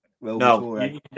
no